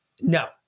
No